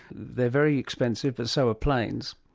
they're very expensive but so are planes.